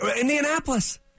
Indianapolis